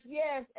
yes